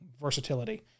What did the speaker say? versatility